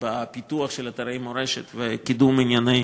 בפיתוח של אתרי מורשת וקידום ענייני